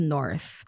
North